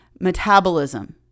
metabolism